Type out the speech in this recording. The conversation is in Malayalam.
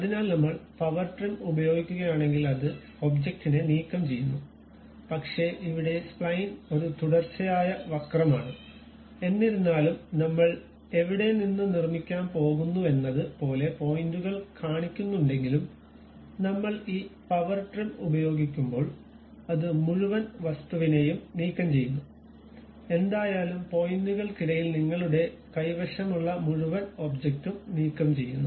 അതിനാൽ നമ്മൾ പവർ ട്രിം ഉപയോഗിക്കുകയാണെങ്കിൽ അത് ഒബ്ജക്റ്റിനെ നീക്കംചെയ്യുന്നു പക്ഷേ ഇവിടെ സ്പ്ലൈൻ ഒരു തുടർച്ചയായ വക്രമാണ് എന്നിരുന്നാലും നമ്മൾ എവിടെ നിന്ന് നിർമ്മിക്കാൻ പോകുന്നുവെന്നത് പോലെ പോയിന്റുകൾ കാണിക്കുന്നുണ്ടെങ്കിലും നമ്മൾ ഈ പവർ ട്രിം ഉപയോഗിക്കുമ്പോൾ അത് മുഴുവൻ വസ്തുവിനെയും നീക്കംചെയ്യുന്നു എന്തായാലും പോയിന്റുകൾക്കിടയിൽ നിങ്ങളുടെ കൈവശമുള്ള മുഴുവൻ ഒബ്ജക്റ്റും നീക്കംചെയ്യുന്നു